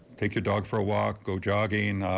take your dog for a walk, go jogging,